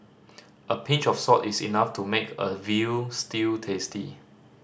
a pinch of salt is enough to make a veal stew tasty